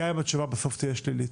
גם אם התשובה בסוף תהיה שלילית.